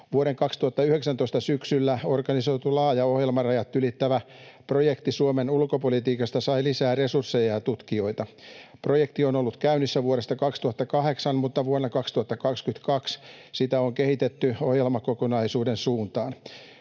Vuoden 2019 syksyllä organisoitu laaja, ohjelmarajat ylittävä projekti Suomen ulkopolitiikasta sai lisää resursseja ja tutkijoita. Projekti on ollut käynnissä vuodesta 2008, mutta vuonna 2022 sitä on kehitetty ohjelmakokonaisuuden suuntaan.